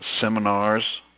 seminars